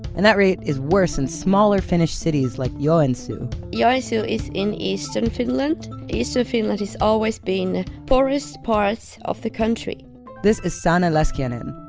and that rate is worse in smaller finnish cities like joensuu yeah ah joensuu is in eastern finland. eastern finland has always been poorest parts of the country this is sanna leskinen,